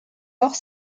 morts